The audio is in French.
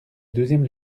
deuxième